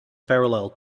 parallel